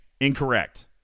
Incorrect